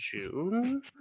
June